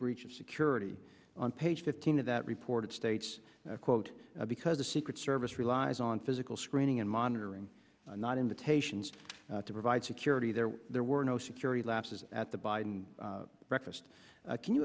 breach of security on page fifteen of that report it states quote because the secret service relies on physical screening and monitoring not invitations to provide security there there were no security lapses at the biden breakfast can you